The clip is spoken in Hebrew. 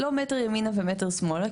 לא מטר ימינה ומטר שמאלה,